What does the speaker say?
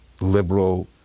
liberal